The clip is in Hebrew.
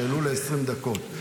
שהעלו ל-20 דקות,